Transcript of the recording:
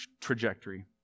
trajectory